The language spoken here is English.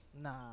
Nah